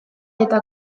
eta